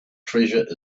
treasure